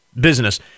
business